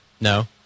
No